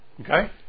Okay